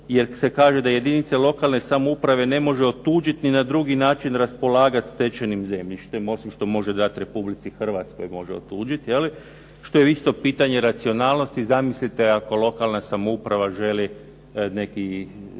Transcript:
jer se kaže da jedinice lokalne samouprave ne može otuđiti ni na drugi način raspolagati stečenim zemljištem osim što može dati Republici Hrvatskoj, može otuđiti što je isto pitanje racionalnosti. Zamislite ako lokalna samouprava želi neki